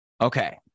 Okay